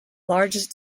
largest